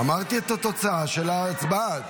אמרתי את התוצאה של ההצבעה.